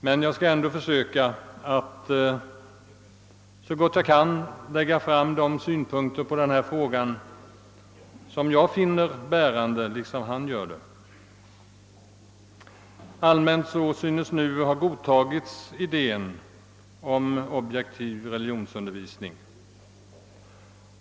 Men jag skall ändå försöka att efter bästa förmåga anlägga de synpunkter på denna fråga som jag finner vara bärande. Allmänt synes mig idén om en objektiv religionsundervisning ha godtagits.